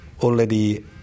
already